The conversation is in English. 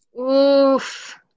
Oof